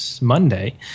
Monday